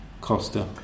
Costa